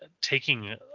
taking